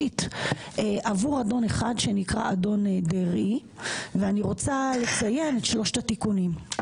עבור אדון אחד שנקרא אדון דרעי ואני רוצה לציין את שלושת התיקונים.